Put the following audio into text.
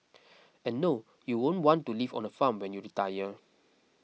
and no you won't want to live on a farm when you retire